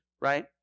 right